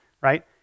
right